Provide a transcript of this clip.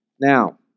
Now